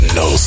no